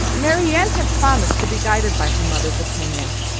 marianne had promised to be guided by her mother's opinion,